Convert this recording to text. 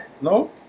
No